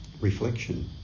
reflection